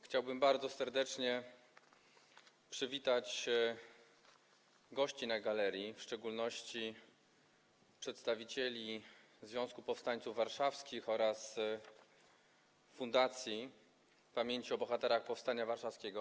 Chciałbym bardzo serdecznie przywitać gości na galerii, w szczególności przedstawicieli Związku Powstańców Warszawskich oraz Fundacji Pamięci o Bohaterach Powstania Warszawskiego.